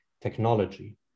technology